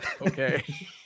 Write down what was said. Okay